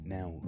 Now